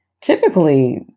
typically